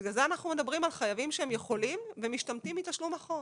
בגלל זה אנחנו מדברים על חייבים שהם יכולים ומשתמטים מתשלום החוב.